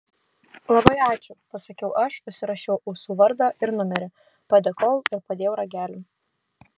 labai ačiū pasakiau aš užsirašiau ausų vardą ir numerį padėkojau ir padėjau ragelį